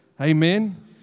Amen